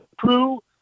true